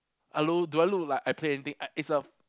hello do I look like I play anything uh it's a